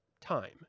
time